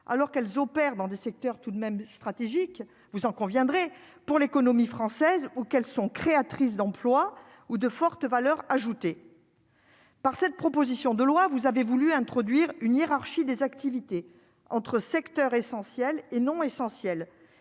alors qu'elles opèrent dans des secteurs tout de même stratégique, vous en conviendrez, pour l'économie française ou sont créatrices d'emplois ou de forte valeur ajoutée. Par cette proposition de loi, vous avez voulu introduire une hiérarchie des activités entre secteurs essentiels et non essentiels,